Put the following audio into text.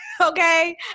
okay